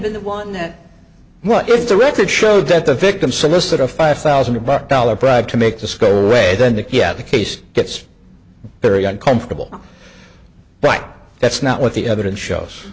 been the one that what if the record showed that the victim solicit a five thousand about dollars bribe to make this go away then the yeah the case gets very uncomfortable but that's not what the evidence shows